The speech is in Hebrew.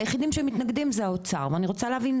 היחידים שמתנגדים זה האוצר ואני רוצה להבין,